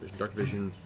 darkvision,